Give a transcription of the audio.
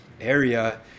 area